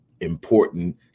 important